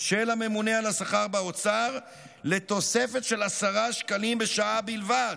של הממונה על השכר באוצר לתוספת של 10 שקלים לשעה בלבד?